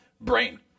brain